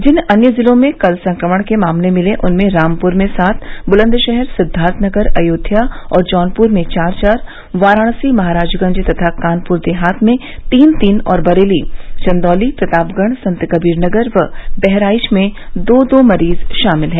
जिन अन्य जिलों में कल संक्रमण के मामले मिले उनमें रामप्र में सात ब्लन्दशहर सिद्वार्थनगर अयोध्या और जौनपुर में चार चार वाराणसी महाराजगंज तथा कानपुर देहात में तीन तीन और बरेली चन्दौली प्रतापगढ़ संतकबीर नगर व बहराइच में दो दो मरीज शामिल हैं